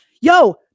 yo